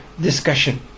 discussion